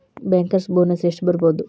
Bankers bonus ಎಷ್ಟ್ ಬರ್ಬಹುದು?